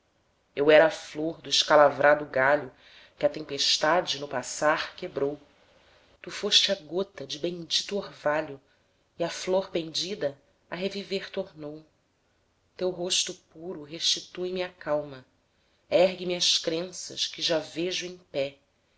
eu era a flor do escalavrado galho que a tempestade no passar quebrou tu foste a gota de bendito orvalho e a flor pendida a reviver tornou teu rosto puro restitui me a calma ergue me as crenças que já vejo em pé